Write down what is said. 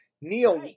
Neil